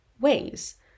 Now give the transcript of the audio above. ways